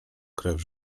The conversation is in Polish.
krew